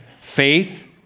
Faith